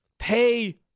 Pay